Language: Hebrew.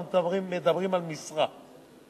אנחנו מדברים על משרה,